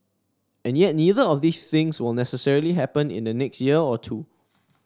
and yet neither of these things will necessarily happen in the next year or two